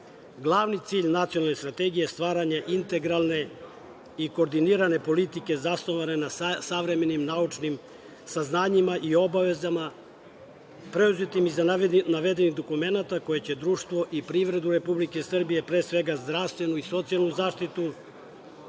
Evropu. Glavni cilj nacionalne strategije je stvaranje integralne i koordinirane politike zasnovane na savremenim naučnim saznanjima i obavezama preuzetim iz navedenih dokumenata, koje će društvo i privredu Republike Srbije, pre svega, zdravstvenu i socijalnu zaštitu…Ja